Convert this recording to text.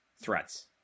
threats